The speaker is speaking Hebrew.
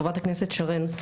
חברת הכנסת שרן,